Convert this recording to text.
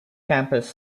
campus